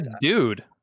dude